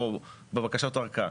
או בבקשת הארכה.